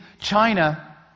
China